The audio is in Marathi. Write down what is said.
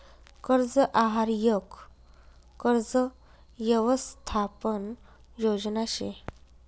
कर्ज आहार यक कर्ज यवसथापन योजना शे